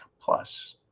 plus